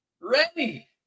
ready